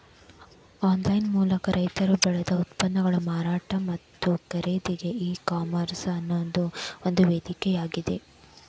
online ಮೂಲಕ ರೈತರು ಬೆಳದ ಉತ್ಪನ್ನಗಳ ಮಾರಾಟ ಮತ್ತ ಖರೇದಿಗೆ ಈ ಕಾಮರ್ಸ್ ಅನ್ನೋದು ಒಂದು ವೇದಿಕೆಯಾಗೇತಿ